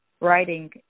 writing